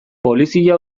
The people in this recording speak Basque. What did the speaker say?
polizia